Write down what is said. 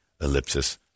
ellipsis